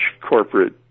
corporate